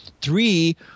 three